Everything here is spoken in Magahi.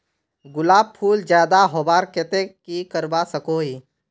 गुलाब फूल ज्यादा होबार केते की करवा सकोहो ही?